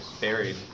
buried